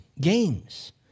games